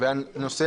כך שזה לא נושא